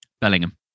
Bellingham